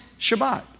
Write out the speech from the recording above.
Shabbat